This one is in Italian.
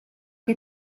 che